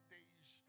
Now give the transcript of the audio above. days